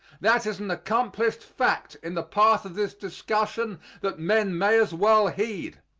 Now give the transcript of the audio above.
that is an accomplished fact in the path of this discussion that men may as well heed.